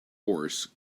horse